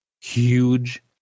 huge